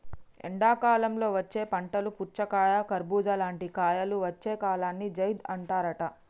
ఎండాకాలంలో వచ్చే పంటలు పుచ్చకాయ కర్బుజా లాంటి కాయలు వచ్చే కాలాన్ని జైద్ అంటారట